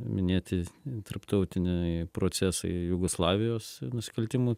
minėti tarptautiniai procesai jugoslavijos nusikaltimų